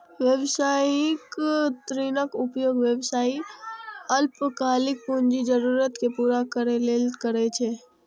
व्यावसायिक ऋणक उपयोग व्यवसायी अल्पकालिक पूंजी जरूरत कें पूरा करै लेल करै छै